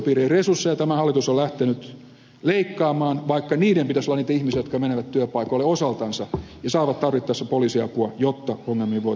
työsuojelupiirien resursseja tämä hallitus on lähtenyt leikkaamaan vaikka niiden pitäisi olla niille ihmisille jotka menevät työpaikoille osaltansa ja saavat tarvittaessa poliisiapua jotta ongelmiin voitaisiin puuttua